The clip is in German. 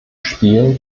spielen